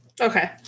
Okay